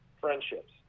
friendships